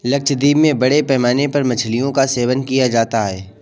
लक्षद्वीप में बड़े पैमाने पर मछलियों का सेवन किया जाता है